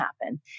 happen